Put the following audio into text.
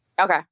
Okay